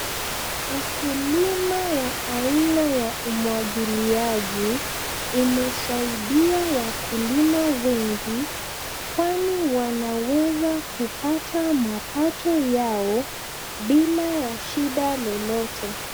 Ukulima wa aina ya umwagiliaji, imesaidia wakulima wengi, kwani wanaweza kupata mapato yao, bila ya shida lolote.